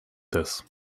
this